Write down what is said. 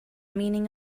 meaning